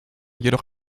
jedoch